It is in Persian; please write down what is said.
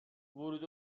ورود